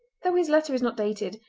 though his letter is not dated,